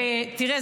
תראה,